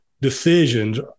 decisions